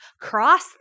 cross